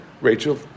Rachel